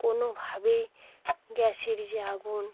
কোনোভাবেই গ্যাসের যে আগুন